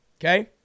okay